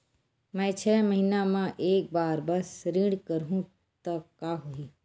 मैं छै महीना म एक बार बस ऋण करहु त का होही?